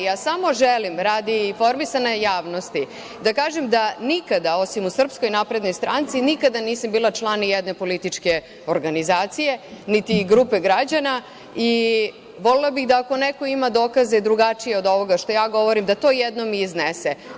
Ja samo želim, radi informisanja javnosti, da kažem da nikada, osim u SNS, nisam bila član nijedne političke organizacije, niti grupe građana i volela bih da ako neko ima dokaze drugačije od ovoga što ja govorim da to jednom i iznese.